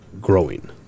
growing